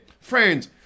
Friends